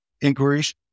inquiries